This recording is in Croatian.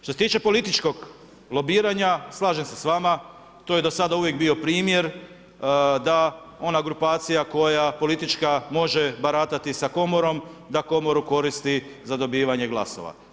Što se tiče političkog lobiranja slažem se s vama, to je do sada uvijek bio primjer da ona grupacija politička koja može baratati sa komorom da komoru koristi za dobivanje glasova.